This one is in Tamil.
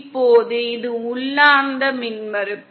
இப்போது இது உள்ளார்ந்த மின்மறுப்பு